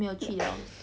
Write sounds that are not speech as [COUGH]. [NOISE]